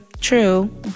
True